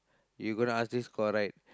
you gotta ask this correct